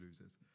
loses